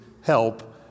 help